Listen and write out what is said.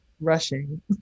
rushing